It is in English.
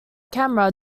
camera